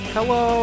Hello